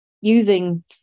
using